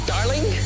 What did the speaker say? Darling